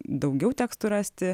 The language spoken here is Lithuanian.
daugiau tekstų rasti